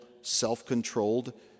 self-controlled